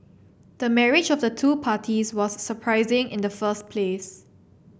the marriage of the two parties was surprising in the first place